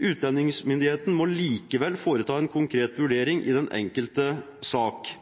Utlendingsmyndighetene må likevel foreta en konkret vurdering i den enkelte sak;